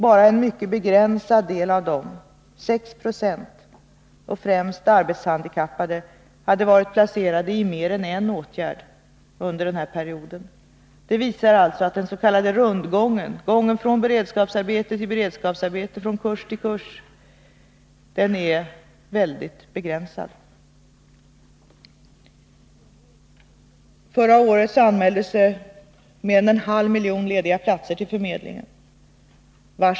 Bara en mycket begränsad del av dem, 6 96, främst arbetshandikappade, hade varit placerade i mer än en åtgärd under den perioden. Det visar att den s.k. rundgången, gången från beredskapsarbete till beredskapsarbete, från kurs till kurs, är mycket begränsad. Förra året anmäldes mer än en halv miljon lediga platser till förmedlingen.